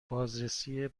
بازرسی